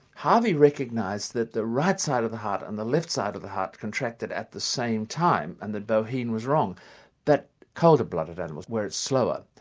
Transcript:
harvey recognised that the right side of the heart and the left side of the heart contracted at the same time and that bauhin was wrong that colder-blooded animals, where it's slower,